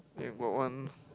eh got one